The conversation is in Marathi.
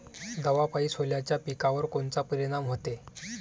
दवापायी सोल्याच्या पिकावर कोनचा परिनाम व्हते?